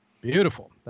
Beautiful